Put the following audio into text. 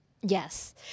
Yes